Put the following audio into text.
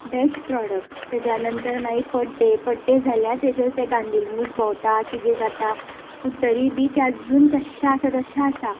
best product तेच्या नंतर मागीर पड्डे पड्डे जाल्यार तेजेर ते गांजील मूस भोंवतात कितें जाता पूण तरी बी ते आजून तशे आसा तशे आसा